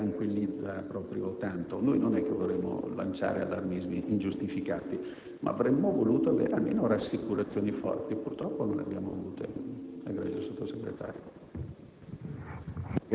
Non è che questo tranquillizzi proprio tanto. Non vorremmo lanciare allarmismi ingiustificati, ma avremmo voluto avere almeno rassicurazioni forti che purtroppo non abbiamo avuto,